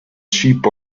sheep